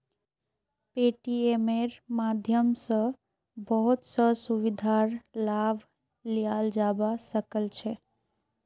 पेटीएमेर माध्यम स बहुत स सुविधार लाभ लियाल जाबा सख छ